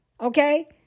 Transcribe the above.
Okay